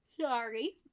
sorry